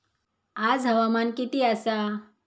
आज हवामान किती आसा?